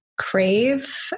crave